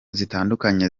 zitandukanye